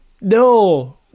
No